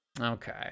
Okay